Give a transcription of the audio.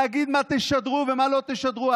להגיד מה תשדרו ומה לא תשדרו,